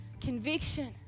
conviction